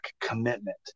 commitment